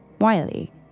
Wiley